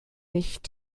nicht